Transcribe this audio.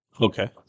Okay